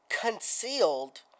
concealed